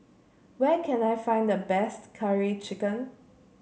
where can I find the best Curry Chicken